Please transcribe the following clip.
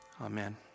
Amen